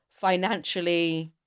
Financially